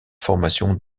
formation